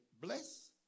bless